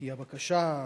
כי הבקשה,